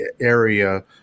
area